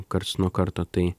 karts nuo karto tai